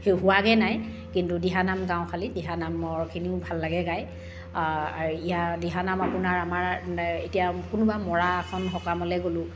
হে হোৱাগৈ নাই কিন্তু দিহানাম গাওঁ খালী দিহানামৰখিনিও ভাল লাগে গাই ইয়া দিহানাম আপোনাৰ আমাৰ কোনোবা মৰা এখন সমাকলৈ গ'লোঁ